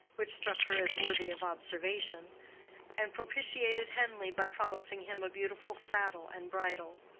which struck her as worthy of observation and propitiated henleigh by promising him a beautiful saddle and bridle.